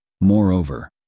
Moreover